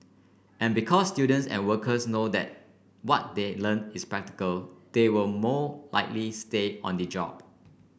and because students and workers know that what they learn is practical they will more likely stay on the job